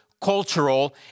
cultural